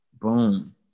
Boom